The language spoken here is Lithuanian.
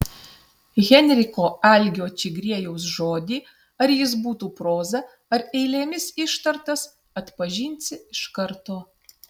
henriko algio čigriejaus žodį ar jis būtų proza ar eilėmis ištartas atpažinsi iš karto